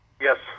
yes